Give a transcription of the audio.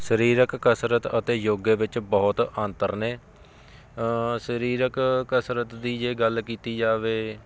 ਸਰੀਰਕ ਕਸਰਤ ਅਤੇ ਯੋਗੇ ਵਿੱਚ ਬਹੁਤ ਅੰਤਰ ਨੇ ਸਰੀਰਕ ਕਸਰਤ ਦੀ ਜੇ ਗੱਲ ਕੀਤੀ ਜਾਵੇ